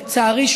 לצערי,